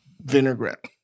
vinaigrette